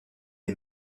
est